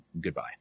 Goodbye